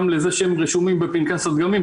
גם בזה שהם רשומים בפנקס הדגמים,